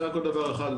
רק עוד דבר אחד,